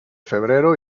febrero